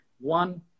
One